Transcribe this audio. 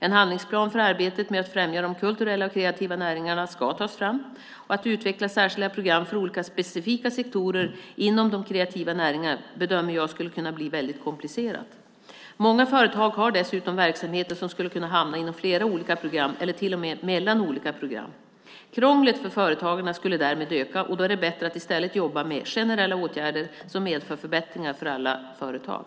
En handlingsplan för arbetet med att främja de kulturella och kreativa näringarna ska tas fram. Att utveckla särskilda program för olika specifika sektorer inom de kreativa näringarna bedömer jag skulle kunna bli väldigt komplicerat. Många företag har dessutom verksamheter som skulle hamna inom flera olika program eller till och med mellan olika program. Krånglet för företagarna skulle därmed öka. Då är det bättre att i stället jobba med generella åtgärder som medför förbättringar för alla företag.